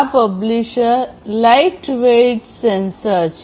આ publisher lightweight sensor છે